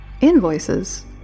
Invoices